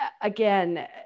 again